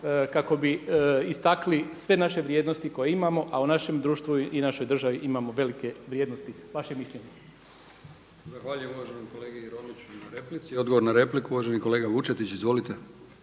kako bi istakli sve naše vrijednosti koje imamo, a u našem društvu i našoj državi imamo velike vrijednosti. Vaše mišljenje. **Brkić, Milijan (HDZ)** Zahvaljujem uvaženom kolegi Romiću na replici. Odgovor na repliku uvaženi kolega Vučetić. Izvolite.